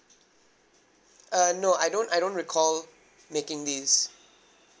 uh no I don't I don't recall making this